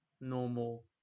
normal